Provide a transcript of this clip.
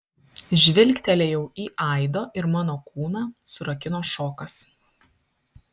žvilgtelėjau į aido ir mano kūną surakino šokas